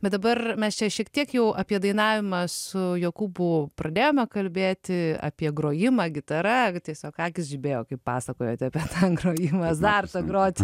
bet dabar mes čia šiek tiek jau apie dainavimą su jokūbu pradėjome kalbėti apie grojimą gitara tiesiog akys žibėjo kaip pasakojote apie grojimo azartą groti